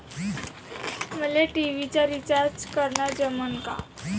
मले टी.व्ही चा रिचार्ज करन जमन का?